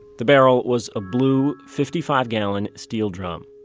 the barrel was a blue fifty five gallon steel drum.